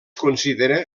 considera